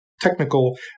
technical